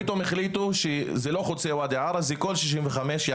פתאום החליטו שזה לא רק לחוצה ואדי ערה אלא זה לכל כביש 65. גם